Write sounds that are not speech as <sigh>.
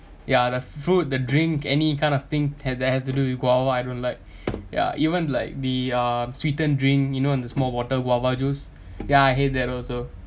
ya the fruit the drink any kind of thing that that has to do with guava I don't like <breath> ya even like the uh sweetened drink you know on the small bottle guava juice <breath> ya I hate that also